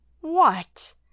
What